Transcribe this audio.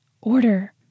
order